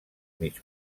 mig